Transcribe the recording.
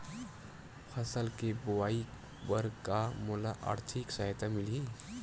फसल के बोआई बर का मोला आर्थिक सहायता मिलही?